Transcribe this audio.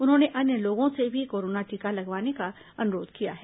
उन्होंने अन्य लोगों से भी कोरोना टीका लगवाने का अनुरोध किया है